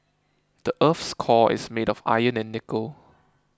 the earth's core is made of iron and nickel